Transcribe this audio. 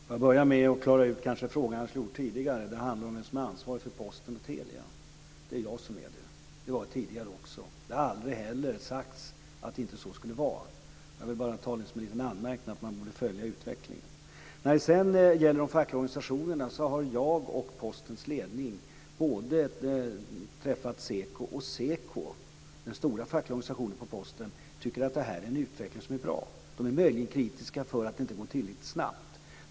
Fru talman! Jag ska börja med att klara ut en fråga som jag kanske skulle ha klarat ut tidigare. Det handlar om vem som är ansvarig för Posten och Telia. Det är jag som är det. Det var jag tidigare också. Det har heller aldrig sagts att det inte skulle vara så. Jag ville bara nämna detta som en liten anmärkning, att man borde följa utvecklingen. När det sedan gäller de fackliga organisationerna har jag och Postens ledning träffat Seko, den stora fackliga organisationen på Posten, som tycker att detta är en utveckling som är bra. Seko är möjligen kritisk till att det inte går tillräckligt snabbt.